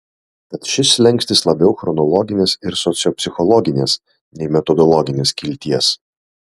tad šis slenkstis labiau chronologinės ir sociopsichologinės nei metodologinės kilties